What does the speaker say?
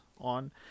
on